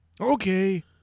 Okay